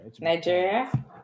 nigeria